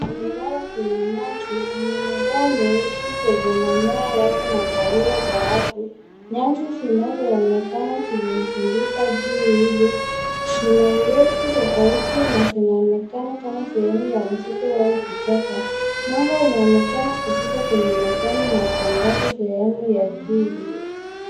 Amelala kwenye nyasi, ana madoa meusi kwenye manyoya yake na kahawia dhahabu. Nyasi zinazoonekana zimemzunguka juu hivi, zina urefu tofauti na zinaonekana kama sehemu ya msitu au kichaka. Mwanga unaonekana kupita kwenye majani na kuangaza sehemu ya chui huyo.